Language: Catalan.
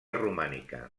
romànica